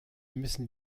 müssen